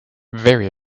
very